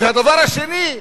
והדבר השני,